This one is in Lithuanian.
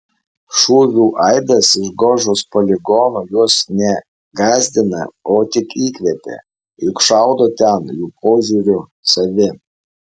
šūvių aidas iš gožos poligono juos ne gąsdina o tik įkvepia juk šaudo ten jų požiūriu savi